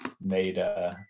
made